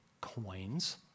coins